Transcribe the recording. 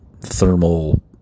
thermal